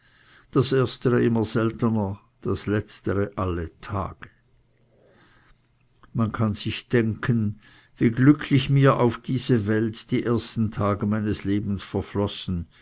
das erstere immer seltener das letztere alle tage man kann sich denken wie glücklich mir auf diese weise die ersten tage meines lebens verflossen